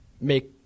make